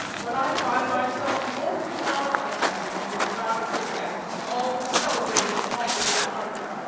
when i find myself the only nonentity among a crowd of her guests, all celebrated authors and artists?